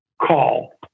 call